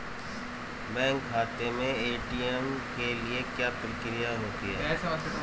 Bank खाते में ATM के लिए क्या प्रक्रिया होती है?